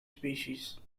species